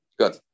good